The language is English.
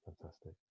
Fantastic